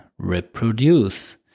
reproduce